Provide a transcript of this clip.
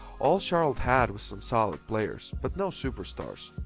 all charlotte had was some solid players, but no superstars.